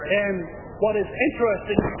and um what is interesting,